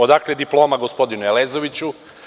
Odakle diploma gospodinu Elezoviću?